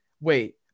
wait